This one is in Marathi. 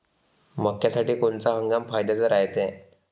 मक्क्यासाठी कोनचा हंगाम फायद्याचा रायते?